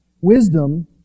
Wisdom